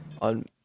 on